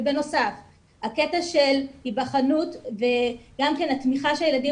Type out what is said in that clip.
בנוסף הקטע של היבחנות גם כן התמיכה שילדים